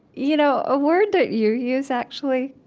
you know a word that you use, actually,